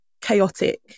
chaotic